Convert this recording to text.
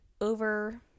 over